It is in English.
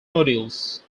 nodules